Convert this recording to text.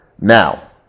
Now